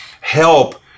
help